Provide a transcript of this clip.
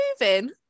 moving